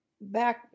back